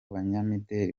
banyamideli